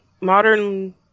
modern